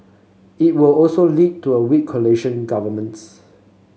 it would also lead to a weak coalition governments